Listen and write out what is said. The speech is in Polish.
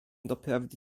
doprawdy